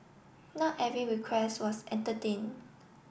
not every request was entertained